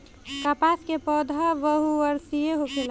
कपास के पौधा बहुवर्षीय होखेला